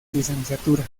licenciatura